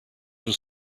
were